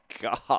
God